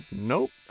nope